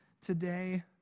today